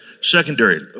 Secondary